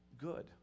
good